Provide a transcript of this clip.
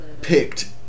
picked